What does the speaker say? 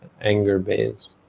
anger-based